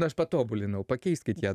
aš patobulinau pakeiskit ją